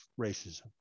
racism